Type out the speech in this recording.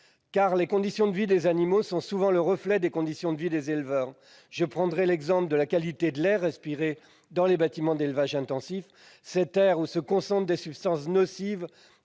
Les conditions de vie des animaux sont souvent le reflet des conditions de vie des éleveurs. Je prendrais l'exemple de la qualité de l'air respiré dans les bâtiments d'élevage intensif : cet air où se concentrent des substances nocives